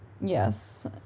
Yes